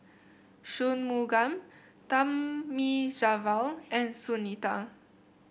Shunmugam Thamizhavel and Sunita